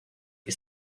que